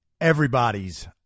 Everybody's